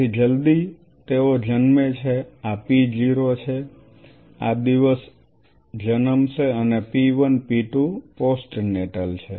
તેથી જલદી તેઓ જન્મે છે આ p 0 છે આ દિવસ જન્મશે અને p 1 p 2 પોસ્ટનેટલ